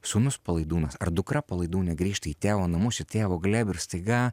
sūnus palaidūnas ar dukra palaidūnė grįžta į tėvo namus į tėvo glėbį ir staiga